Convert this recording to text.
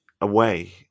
away